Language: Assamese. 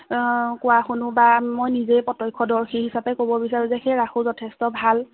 কোৱা শুনো বা মই নিজেই প্ৰত্যক্ষদৰ্শী হিচাপে ক'ব বিচাৰোঁ যে সেই ৰাসো যথেষ্ট ভাল